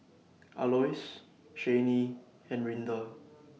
Aloys Chanie and Rinda